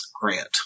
grant